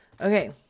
Okay